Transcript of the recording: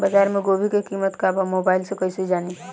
बाजार में गोभी के कीमत का बा मोबाइल से कइसे जानी?